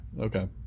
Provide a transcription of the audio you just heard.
Okay